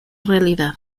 realidad